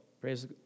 Praise